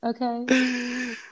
okay